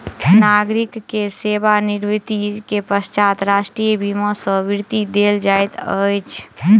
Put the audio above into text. नागरिक के सेवा निवृत्ति के पश्चात राष्ट्रीय बीमा सॅ वृत्ति देल जाइत अछि